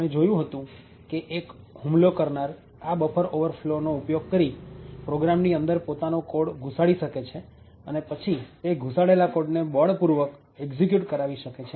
આપણે જોયું હતું કે એક હુમલો કરનાર આ બફર ઓવરફ્લો નો ઉપયોગ કરી પ્રોગ્રામ ની અંદર પોતાનો કોડ ઘુસાડી શકે છે અને પછી તે ઘુસાડેલા કોડને બળપૂર્વક એક્ઝિક્યુટ કરાવી શકે છે